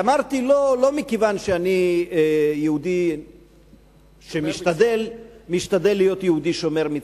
ואמרתי "לא" לא מכיוון שאני יהודי שמשתדל להיות יהודי שומר מצוות.